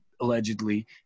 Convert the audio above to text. allegedly